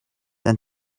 than